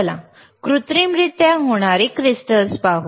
चला कृत्रिमरित्या होणारे क्रिस्टल्स पाहू